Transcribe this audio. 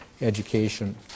education